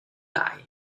lại